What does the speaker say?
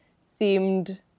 seemed